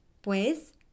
Pues